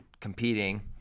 competing